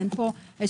אין פה החלטה,